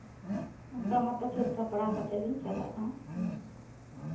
ᱚᱱᱠᱟ ᱢᱚᱛᱚ ᱥᱟᱹᱛ ᱥᱟᱯᱲᱟᱣ ᱠᱟᱛᱮᱜ ᱞᱤᱧ ᱪᱟᱞᱟᱜᱼᱟ ᱦᱮᱸ